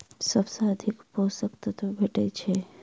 सबसँ अधिक पोसक तत्व भेटय छै?